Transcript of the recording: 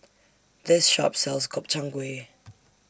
This Shop sells Gobchang Gui